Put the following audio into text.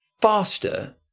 faster